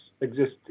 exist